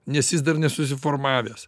nes jis dar nesusiformavęs